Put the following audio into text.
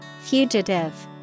Fugitive